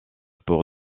pour